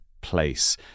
place